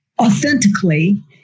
authentically